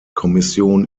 kommission